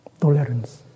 Tolerance